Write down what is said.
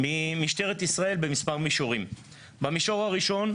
ממשטרת ישראל במספר מישורים: במישור הראשון,